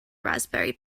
raspberry